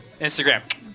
Instagram